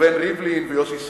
ראובן ריבלין ויוסי שריד,